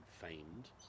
famed